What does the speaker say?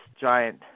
giant